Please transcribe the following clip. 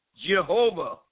Jehovah